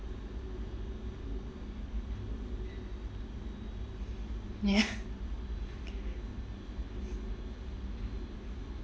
ya